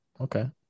okay